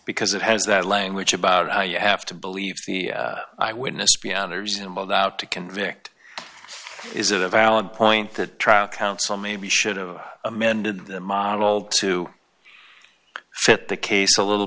because it has that language about how you have to believe the eyewitness beyond a reasonable doubt to convict is it a valid point that trial counsel maybe should have amended the model to fit the case a little